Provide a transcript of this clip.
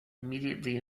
immediately